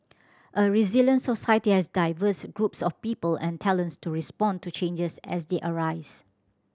a resilient society has diverse groups of people and talents to respond to changes as they arise